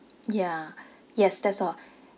ya yes that's all